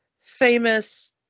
famous